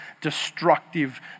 destructive